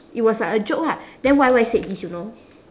it was like a joke ah then Y_Y said this you know